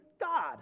God